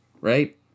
right